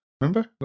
remember